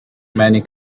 many